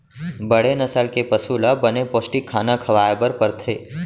बड़े नसल के पसु ल बने पोस्टिक खाना खवाए बर परथे